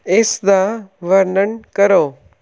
ਇਸ ਦਾ ਵਰਣਨ ਕਰੋ